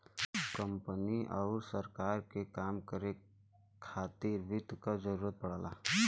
company आउर सरकार के काम के करे खातिर वित्त क जरूरत पड़ला